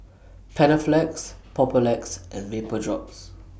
Panaflex Papulex and Vapodrops